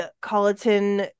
Colleton